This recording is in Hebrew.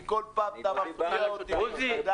אתה כל פעם מפריע לי מחדש.